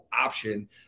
option